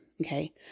okay